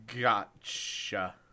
Gotcha